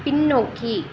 பின்னோக்கி